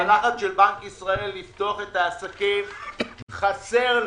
הלחץ של בנק ישראל לפתוח את העסקים חסר לי.